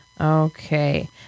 Okay